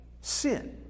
sin